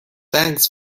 thanks